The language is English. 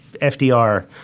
FDR